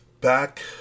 back